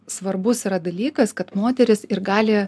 svarbus yra dalykas kad moteris ir gali